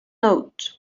note